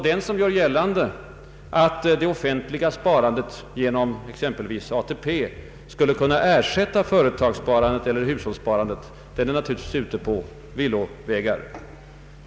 Den som gör gällande att det offentliga sparandet genom ATP skulle kunna ersätta företagssparandet eller hushållssparandet är naturligtvis ute på villospår.